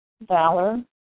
valor